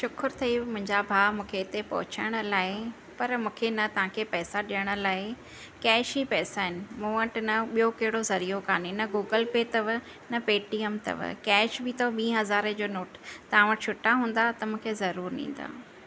शुक्रु अथईं मुंहिंजा भाउ मूंखे हिते पहुचाइण लाइ पर मूंखे न तव्हांखे पैसा ॾियण लाइ कैश ई पैसा आहिनि मूं वटि हिन जो ॿियों कहिड़ो ज़रियो कोन्हे न गूगल पे अथव न पेटीएम अथव कैश बि अथव ॿी हज़ारे जो नोट तव्हां वटि छुटा हूंदा त मूंखे ज़रूरु ॾींदा